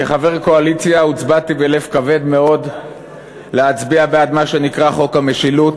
כחבר קואליציה הוצבעתי בלב כבד מאוד להצביע בעד מה שנקרא חוק המשילות,